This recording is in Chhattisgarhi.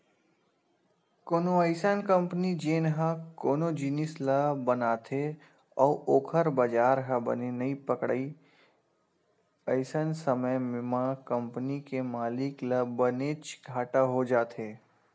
कोनो अइसन कंपनी जेन ह कोनो जिनिस ल बनाथे अउ ओखर बजार ह बने नइ पकड़य अइसन समे म कंपनी के मालिक ल बनेच घाटा हो जाथे